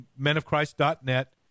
menofchrist.net